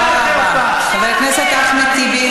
תודה רבה לחבר הכנסת מיקי לוי.